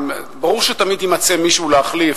ברור שתמיד יימצא מישהו להחליף,